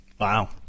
Wow